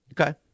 Okay